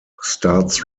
starts